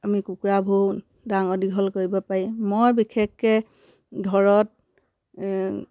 আমি কুকুৰাবোৰ ডাঙৰ দীঘল কৰিব পাৰি মই বিশেষকৈ ঘৰত